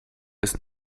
ist